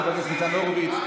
חבר הכנסת ניצן הורוביץ,